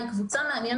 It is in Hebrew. נכון?